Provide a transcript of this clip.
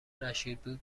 رشیدپور